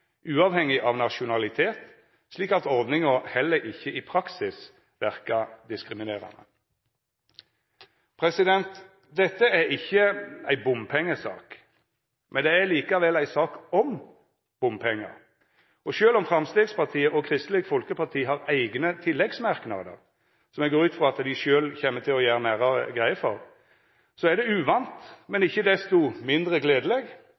uavhengig av nasjonalitet, slik at ordninga heller ikkje i praksis verkar diskriminerande. Dette er ikkje ei bompengesak, men det er likevel ei sak om bompengar. Sjølv om Framstegspartiet og Kristeleg Folkeparti har eigne tilleggsmerknader, som eg går ut frå at dei sjølve kjem til å gjera nærare greie for, er det uvant – men ikkje desto mindre gledeleg